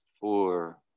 four